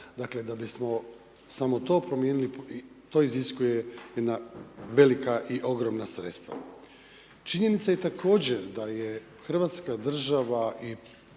dakle da bismo samo to promijenili to iziskuje jedna velika i ogromna sredstva. Činjenica je također da je Hrvatska država i